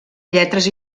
lletres